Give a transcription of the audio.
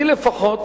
לי לפחות